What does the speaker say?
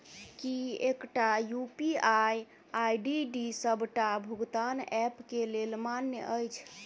की एकटा UPI ID D सबटा भुगतान ऐप केँ लेल मान्य अछि?